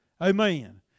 amen